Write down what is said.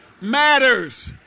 matters